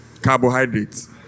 carbohydrates